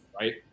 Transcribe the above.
right